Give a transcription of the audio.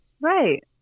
Right